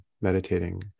meditating